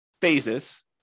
phases